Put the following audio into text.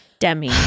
demi